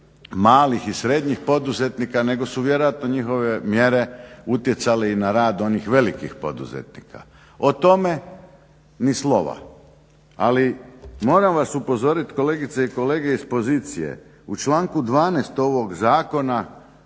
malih i srednjih poduzetnika nego su vjerojatno njihove mjere utjecali i na rad onih velikih poduzetnika. O tome ni slova. Ali moram vas upozoriti kolegice i kolege iz pozicije u članku 12.ovog zakona